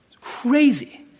Crazy